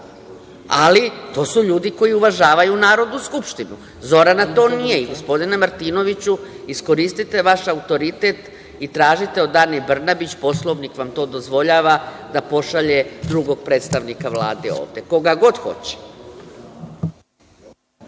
ali to su ljudi koji uvažavaju Narodnu skupštinu. Zorana to nije. Gospodine Martinoviću, iskoristite vaš autoritet i tražite od Ane Brnabić, Poslovnik vam to dozvoljava, da pošalje drugog predstavnika Vlade ovde, koga god hoće.